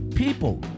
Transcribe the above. People